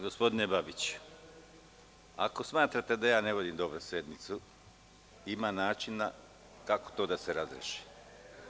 Gospodine Babiću, ako smatrate da ja ne vodim dobro sednicu, ima načina kako to da se razreši.